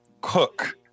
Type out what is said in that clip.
Cook